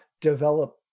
develop